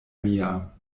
mia